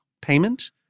payment –